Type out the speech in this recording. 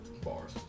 bars